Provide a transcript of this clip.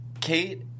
Kate